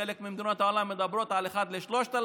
חלק ממדינות העולם מדברות על אחד ל-3,000,